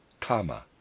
Kama